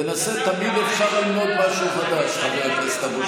תמיד אפשר ללמוד משהו חדש, חבר הכנסת אבו שחאדה.